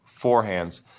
forehands